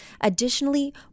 Additionally